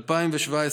2017,